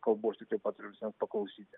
kalbu aš tiktai patariu visiems paklausyti